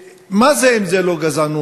מה זה אם זה לא גזענות?